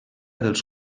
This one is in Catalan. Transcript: dels